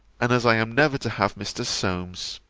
and as i am never to have mr. solmes.